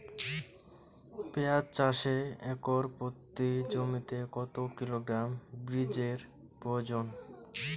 পেঁয়াজ চাষে একর প্রতি জমিতে কত কিলোগ্রাম বীজের প্রয়োজন?